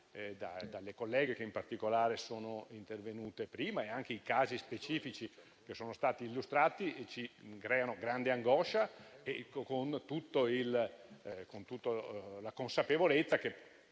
dalle colleghe intervenute prima e anche i casi specifici che sono stati illustrati creano grande angoscia, con tutta la consapevolezza che,